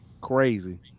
crazy